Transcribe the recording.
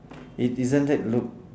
it isn't that look